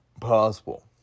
possible